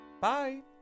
Bye